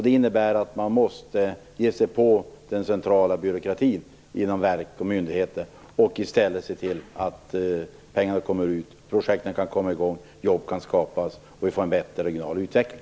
Det innebär att man måste ge sig på den centrala byråkratin inom verk och myndigheter och i stället se till att pengar kommer ut, projekt kan komma igång, jobb kan skapas och att vi får en bättre regional utveckling.